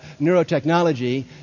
neurotechnology